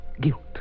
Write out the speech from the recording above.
Guilt